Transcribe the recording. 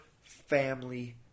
family